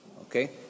Okay